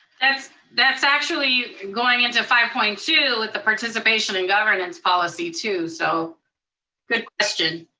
that's that's actually going into five point two with the participation in governance policy too, so good question.